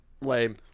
lame